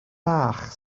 bach